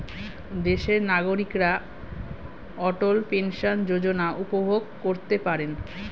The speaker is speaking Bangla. দেশের নাগরিকরা অটল পেনশন যোজনা উপভোগ করতে পারেন